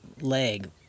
leg